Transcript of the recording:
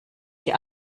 die